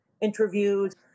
interviews